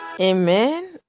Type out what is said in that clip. Amen